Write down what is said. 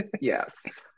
Yes